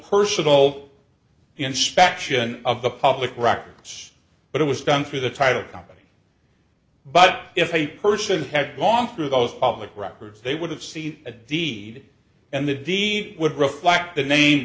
personal inspection of the public records but it was done through the title company but if a person had gone through those public records they would have seen a deed and the deed would reflect the name